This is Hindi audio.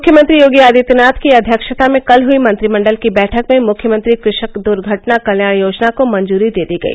मुख्यमंत्री योगी आदित्यनाथ की अध्यक्षता में कल हुई मंत्रिमंडल की बैठक में मुख्यमंत्री कृषक दुर्घटना कल्याण योजना को मंजूरी दे दी गई